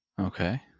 Okay